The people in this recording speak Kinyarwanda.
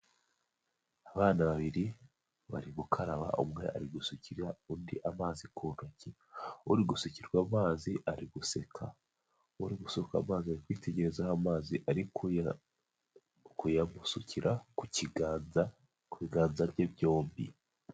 Abana babiri bari gukaraba, umwe ari gusukira undi amazi ku ntoki, uri gusukirwa amazi ari guseka, uri gusuka amazi ari kwitegerezaho amazi ari kuyamusukira ku kiganza, ku biganza bye byombi.